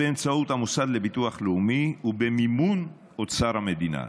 באמצעות המוסד לביטוח לאומי ובמימון אוצר המדינה.